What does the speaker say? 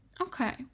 okay